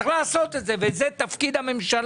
צריך לעשות את זה, וזה תפקיד הממשלה.